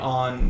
on